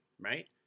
right